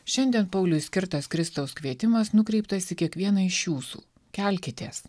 šiandien pauliui skirtas kristaus kvietimas nukreiptas į kiekvieną iš jūsų kelkitės